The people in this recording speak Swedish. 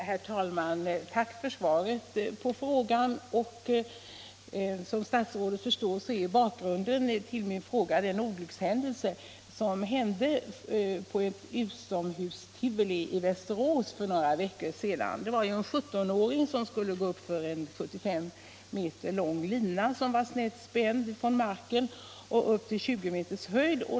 Herr talman! Tack för svaret! Som statsrådet förstår är bakgrunden till min fråga den olyckshändelse som inträffade på ett utomhustivoli i Västerås för några veckor sedan. Det var en sjuttonåring som skulle gå uppför en 75 meter lång lina, vilken var spänd snett uppåt från marken till 20 meters höjd.